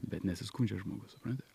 bet nesiskundžia žmogus supranti